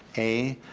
a,